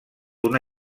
una